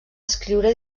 escriure